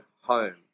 home